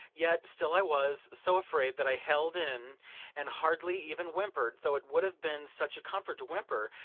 yet still i was so afraid that i held in and hardly even whimpered, though it would have been such a comfort to whimper,